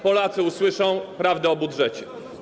Polacy usłyszą prawdę o budżecie.